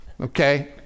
okay